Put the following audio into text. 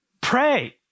pray